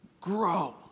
grow